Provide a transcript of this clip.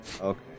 Okay